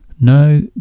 no